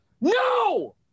No